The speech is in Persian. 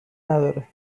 نداره